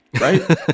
Right